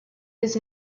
his